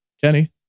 Kenny